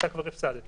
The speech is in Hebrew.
אתה כבר הפסדת.